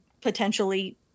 Potentially